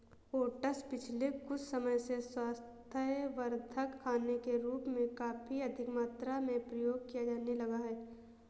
oats पिछले कुछ समय से स्वास्थ्यवर्धक खाने के रूप में काफी अधिक मात्रा में प्रयोग किया जाने लगा है